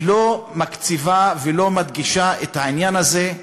שלא מקציבה ולא מדגישה את העניין הזה: